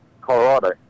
Colorado